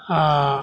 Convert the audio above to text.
आ